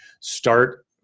start